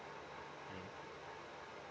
mm